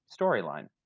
storyline